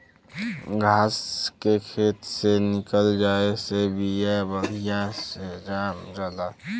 घास के खेत से निकल जाये से बिया बढ़िया से जाम जाला